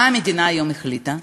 מה המדינה היום החליטה?